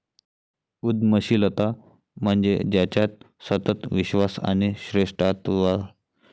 उद्यमशीलता म्हणजे ज्याच्यात सतत विश्वास आणि श्रेष्ठत्वाचा विचार करण्याची शक्ती आणि गुण असतात